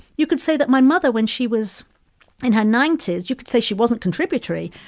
you could say that my mother, when she was in her ninety s, you could say she wasn't contributory,